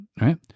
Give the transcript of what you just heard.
right